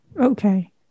okay